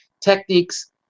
Techniques